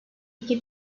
iki